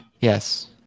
Yes